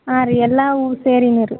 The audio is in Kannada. ಹಾಂ ರೀ ಎಲ್ಲಾ ಹೂ ಸೇರಿ ಮೂರು